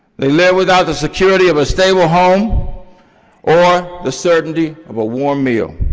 they live without the security of a stable home or the certainty of a warm meal.